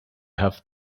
have